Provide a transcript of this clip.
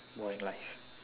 boring life